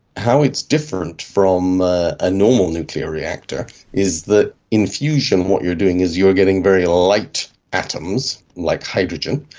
how it's different from a ah normal nuclear reactor is that in fusion what you are doing is you are getting very light atoms, like hydrogen,